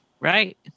Right